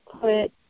put